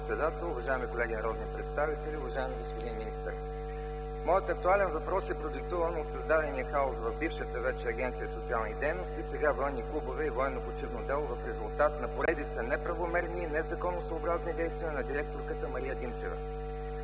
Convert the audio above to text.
уважаеми колеги народни представители! Уважаеми господин министър, моят актуален въпрос е продиктуван от създадения хаос в бившата вече Агенция „Социални дейности”, сега „Военни клубове и военно-почивно дело” в резултат на поредица неправомерни и незаконосъобразни действия на директорката Мария Димчева.